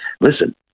Listen